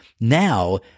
Now